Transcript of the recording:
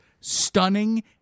stunning